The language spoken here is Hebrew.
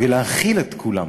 ולהכיל את כולם,